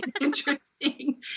interesting